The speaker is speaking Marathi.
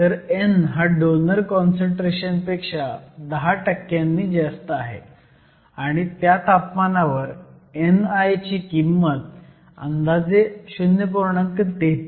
तर n हा डोनर काँसंट्रेशन पेक्षा 10 जास्त आहे आणि त्या तापमानावर ni ची किंमत अंदाजे 0